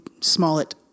Smollett